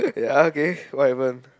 ya okay what happen